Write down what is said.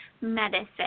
medicine